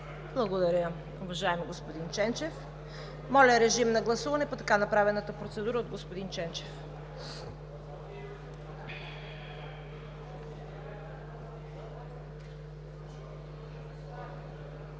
Благодаря, уважаеми господин Ченчев. Моля, режим на гласуване по така направената процедура от господин Ченчев.